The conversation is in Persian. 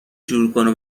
جورکنه